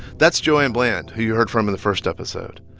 that's joanne bland, who you heard from in the first episode.